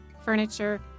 furniture